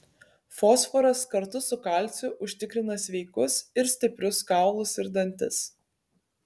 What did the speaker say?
fosforas kartu su kalciu užtikrina sveikus ir stiprius kaulus ir dantis